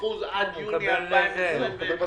70% עד יוני 2021. הוא מקבל משכורת.